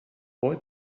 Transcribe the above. boy